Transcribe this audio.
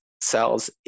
cells